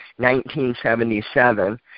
1977